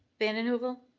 vanden heuvel?